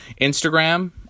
instagram